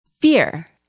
fear